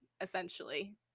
essentially